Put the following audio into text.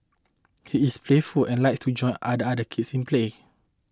he is playful and likes to join other other kids in play